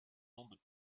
ondes